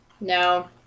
No